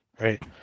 right